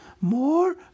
more